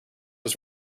his